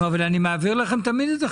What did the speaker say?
אבל תמיד אני מעביר לכם את החשבוניות.